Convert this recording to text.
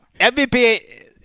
MVP